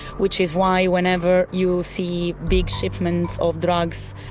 which is why whenever you see big shipments of drugs,